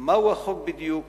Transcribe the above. מהו החוק בדיוק,